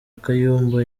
kayumba